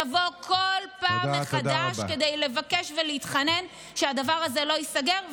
תבוא כל פעם מחדש כדי לבקש ולהתחנן שהדבר הזה לא ייסגר,